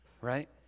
Right